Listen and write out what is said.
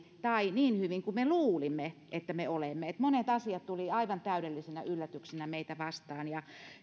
tai niin hyvin kuin me luulimme että me olemme monet asiat tulivat aivan täydellisinä yllätyksinä meitä vastaan ja